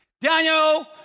Daniel